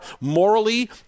morally